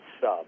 sub